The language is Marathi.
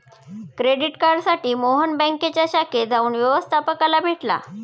क्रेडिट कार्डसाठी मोहन बँकेच्या शाखेत जाऊन व्यवस्थपकाला भेटला